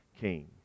king